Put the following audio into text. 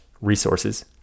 resources